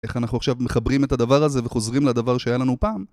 איך אנחנו עכשיו מחברים את הדבר הזה וחוזרים לדבר שהיה לנו פעם?